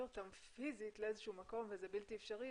אותם פיזית לאיזשהו מקום וזה בלתי אפשרי,